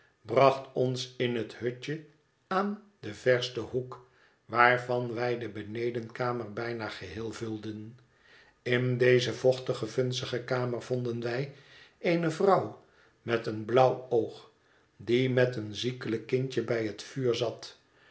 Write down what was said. bracht ons in het hutje aan den versten hoek waarvan wij de benedenkamer bijna geheel vulden in deze vochtige vunzige kamer vonden wij eene vrouw met een blauw oog die met een ziekelijk kindje bij het vuur zat